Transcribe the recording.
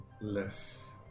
less